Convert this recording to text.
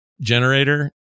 generator